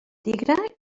tigre